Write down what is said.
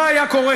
מה היה קורה,